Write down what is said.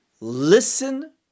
Listen